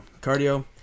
cardio